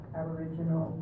aboriginal